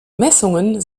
messungen